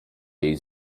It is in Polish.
jej